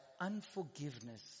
unforgiveness